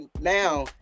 now